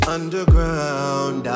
Underground